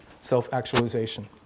self-actualization